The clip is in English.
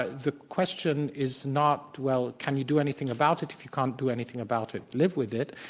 ah the question is not, well, can you do anything about it? if you can't do anything about it, live with it,